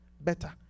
better